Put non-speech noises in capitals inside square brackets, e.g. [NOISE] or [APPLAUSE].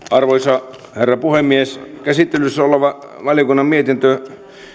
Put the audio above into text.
[UNINTELLIGIBLE] arvoisa herra puhemies käsittelyssä oleva valiokunnan mietintö